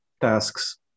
tasks